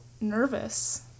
nervous